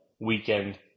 weekend